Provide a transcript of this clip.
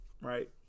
Right